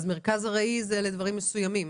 מרכז עראי זה לדברים מסוימים,